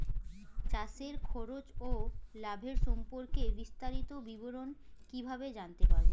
চাষে খরচ ও লাভের সম্পর্কে বিস্তারিত বিবরণ কিভাবে জানতে পারব?